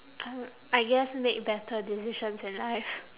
I I guess make better decisions in life